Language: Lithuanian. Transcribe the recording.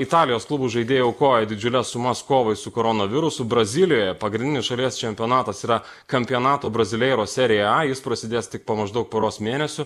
italijos klubų žaidėjai aukoja didžiules sumas kovai su koronavirusu brazilijoje pagrindinis šalies čempionatas yra campeonato brasileiro serija a jis prasidės tik po maždaug poros mėnesių